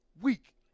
week